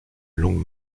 longue